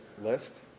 list